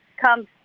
come